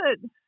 good